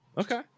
Okay